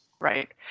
Right